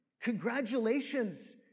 Congratulations